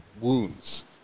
wounds